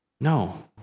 No